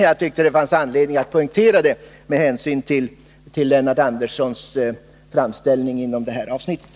Jag tyckte det fanns anledning att poängtera det med hänsyn till Lennart Anderssons framställning i det här avsnittet.